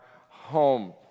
home